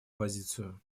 позицию